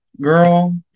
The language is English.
girl